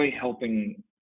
helping